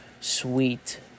sweet